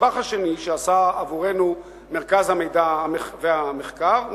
הנדבך השני שעשה עבורנו מרכז המידע והמחקר זה